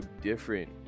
different